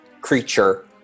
creature